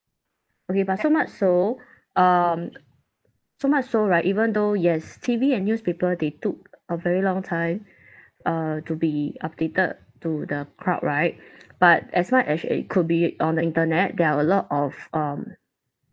okay but so much so um so much so right even though yes T_V and newspaper they took a very long time uh to be updated to the crowd right but as much as it could be on the internet there are a lot of um